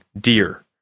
deer